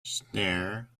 snare